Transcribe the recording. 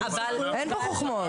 אין פה חוכמות.